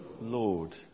Lord